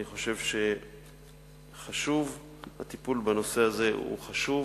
אני חושב שהטיפול בנושא הזה הוא חשוב,